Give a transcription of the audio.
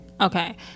Okay